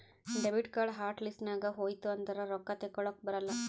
debit card hot list ನಾಗ್ ಹೋಯ್ತು ಅಂದುರ್ ರೊಕ್ಕಾ ತೇಕೊಲಕ್ ಬರಲ್ಲ